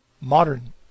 modern